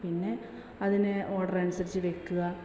പിന്നെ അതിനെ ഓർഡറ അനുസരിച്ച് വയ്ക്കുക